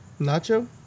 Nacho